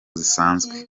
zisanzwe